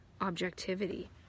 objectivity